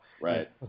Right